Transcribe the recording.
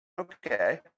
Okay